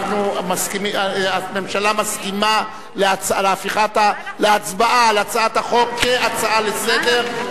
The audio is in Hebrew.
הממשלה מסכימה להצבעה על הצעת החוק כהצעה לסדר-היום,